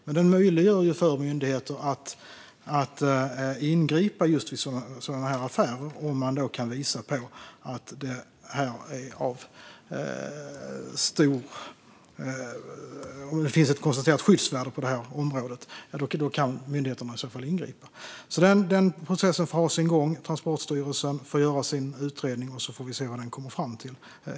Det här möjliggör för myndigheter att ingripa i sådana affärer, om man kan visa att det finns ett konstaterat skyddsvärde på området. Processen får ha sin gång. Transportstyrelsen får göra sin utredning, och så får vi se vad den kommer fram till.